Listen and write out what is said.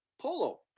polo